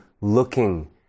looking